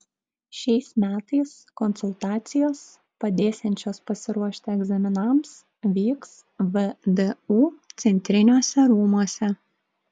šiais metais konsultacijos padėsiančios pasiruošti egzaminams vyks vdu centriniuose rūmuose